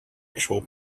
actual